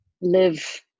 live